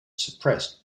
suppressed